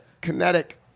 kinetic